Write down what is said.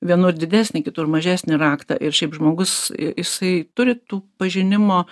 vienur didesnį kitur mažesnį raktą ir šiaip žmogus jisai turi tų pažinimo